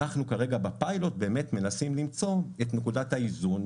אנחנו כרגע בפיילוט באמת מנסים למצוא את נקודת האיזון.